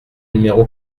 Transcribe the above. numéro